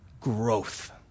Growth